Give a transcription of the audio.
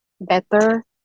better